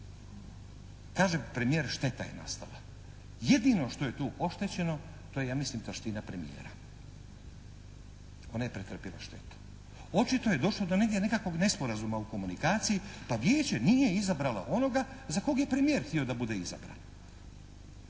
kaže premijer šteta je nastala. Jedino što je tu oštećeno to je ja mislim taština premijera. Ona je pretrpjela štetu. Očito je došlo do negdje nekakvog nesporazuma u komunikaciji pa Vijeće nije izabralo onoga za kog je premijer htio da bude izabran.